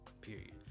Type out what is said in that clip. Period